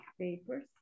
papers